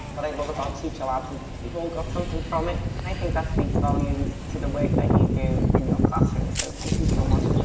what i love about teacher labs is, we've all got something from it. i think that speaks volumes to the work that you do in your classrooms, so thank you so much.